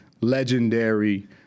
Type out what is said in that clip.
legendary